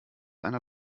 einer